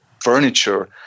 furniture